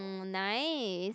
nine